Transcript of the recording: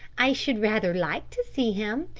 i should rather like to see him.